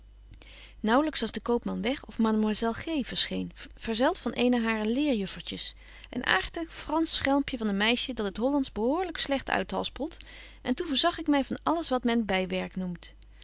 naauwlyks was de koopman weg of mademoiselle g verscheen verzelt van eene harer leerjuffertjes een aartig fransch schelmpje van een meisje dat het hollandsch bekoorlyk slegt uithaspelt en toen voorzag ik my van alles wat men bywerk noemt